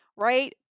right